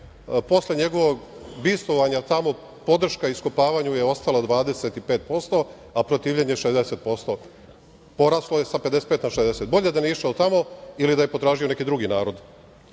Posle njegovog bivstvovanja tamo, podrška iskopavanju je ostala 25%, a protivljenje 60%. Poraslo je sa 55 na 60. Bolje da nije išao tamo ili da je potražio neki drugi narod. Što